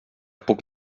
puc